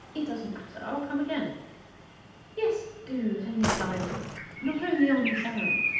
it doesn't matter. i'll come again yes, do at any time not only on this errand.